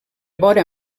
vora